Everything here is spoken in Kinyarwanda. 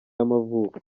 y’amavuko